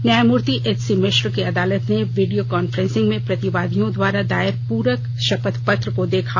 न्यायमूर्ति एचसी मिश्रा की अदालत ने वीडियो कांफ्रेंसिंग में प्रतिवादियों द्वारा दायर पूरक शपथ पत्र को देखा